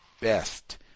best